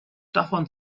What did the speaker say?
davon